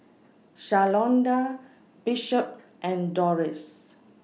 Shalonda Bishop and Dorris